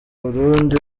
burundi